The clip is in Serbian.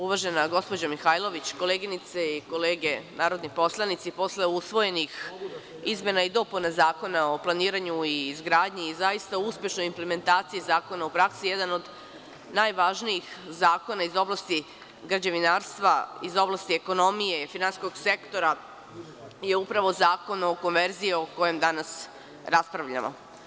Uvažena gospođo Mihajlović, koleginice i kolege narodni poslanici, posle usvojenih izmena i dopuna Zakona o planiranju i izgradnji i zaista uspešne implementacije zakona u praksi jedan od najvažnijih zakona iz oblasti građevinarstva, iz oblasti ekonomije, iz finansijskog sektora je upravo Zakon o konverziji o kojem danas raspravljamo.